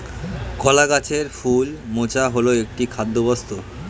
কলা গাছের ফুল মোচা হল একটি খাদ্যবস্তু